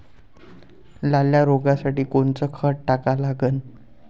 लाल्या रोगासाठी कोनचं खत टाका लागन?